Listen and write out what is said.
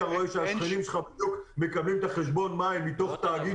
רואה שהשכנים שלך מקבלים את חשבון המים מתאגיד